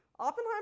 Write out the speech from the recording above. Oppenheimer